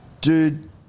Dude